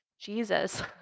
Jesus